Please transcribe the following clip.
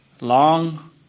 long